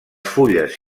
fulles